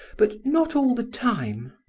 but not all the time.